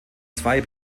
zwei